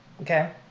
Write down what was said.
okay